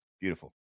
beautiful